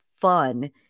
fun